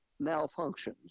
malfunctions